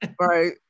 Right